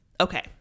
Okay